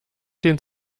den